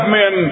men